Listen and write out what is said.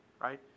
right